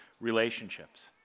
relationships